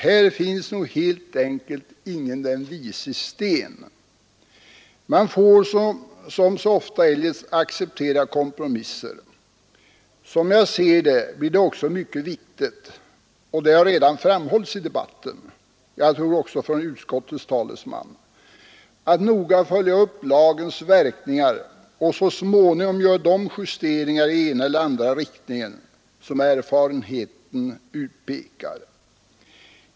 Här finns helt enkelt ingen den vises sten. Man får som så ofta eljest acceptera kompromisser. Som jag ser det blir det också mycket viktigt — och det har redan framhållits i debatten, jag tror också från utskottets talesman — att noga följa upp lagens verkningar och så småningom göra de justeringar i den ena eller andra riktningen som erfarenheten utpekar.